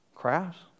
crafts